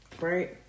right